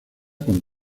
con